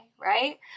right